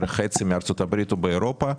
בערך חצי מארצות הברית ובאירופה.